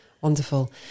wonderful